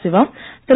Siva Thiru